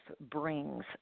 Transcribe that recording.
brings